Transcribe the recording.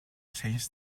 changed